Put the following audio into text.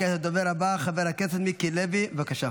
כעת הדובר הבא, חבר הכנסת מיקי לוי, בבקשה.